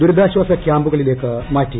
ദുരിതാശ്വാസ ക്യാമ്പുകളിലേക്ക് മാറ്റി